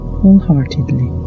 wholeheartedly